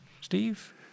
Steve